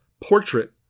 portrait